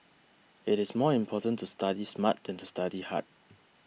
it is more important to study smart than to study hard